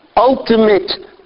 ultimate